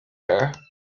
her